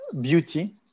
beauty